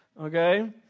Okay